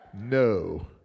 No